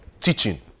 teaching